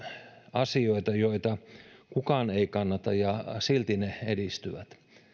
asioita joita kukaan ei kannata ja silti ne edistyvät